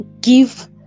give